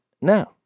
no